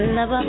Love